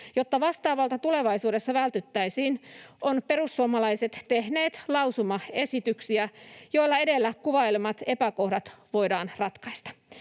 Jotta vastaavalta tulevaisuudessa vältyttäisiin, on perussuomalaiset tehnyt lausumaesityksiä, joilla edellä kuvailemani epäkohdat voidaan ratkaista,